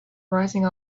rising